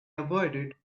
avoided